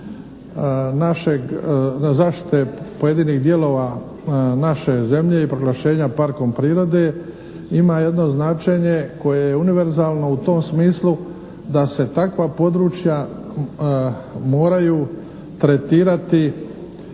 zaštite pojedinih dijelova naše zemlje i proglašenja parkom prirode ima jedno značenje koje je univerzalno u tom smislu, da se takva područja moraju tretirati